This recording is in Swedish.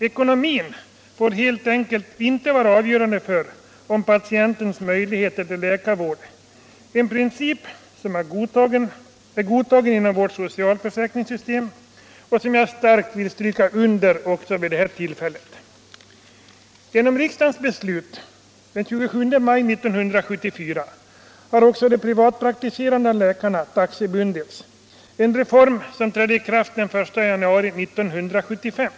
Ekonomin får helt enkelt inte vara avgörande för patientens möjligheter till läkarvård. Det är en princip som är godtagen inom vårt socialförsäkringssystem och som jag här starkt vill understryka. Genom riksdagens beslut den 27 maj 1974 har också de privatpraktiserande läkarna taxebundits, en reform som trädde i kraft den 1 januari 1975.